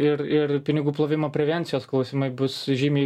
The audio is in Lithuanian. ir ir pinigų plovimo prevencijos klausimai bus žymiai